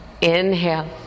Inhale